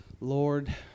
Lord